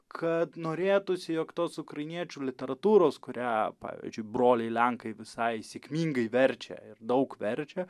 kad norėtųsi jog tos ukrainiečių literatūros kurią pavyzdžiui broliai lenkai visai sėkmingai verčia ir daug verčia